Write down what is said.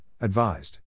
advised